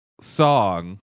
song